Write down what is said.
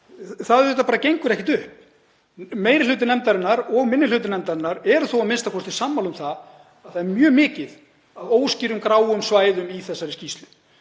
Það gengur ekki upp. Meiri hluti nefndarinnar og minni hluti nefndarinnar eru þó a.m.k. sammála um að það er mjög mikið af óskýrum gráum svæðum í þessari skýrslu.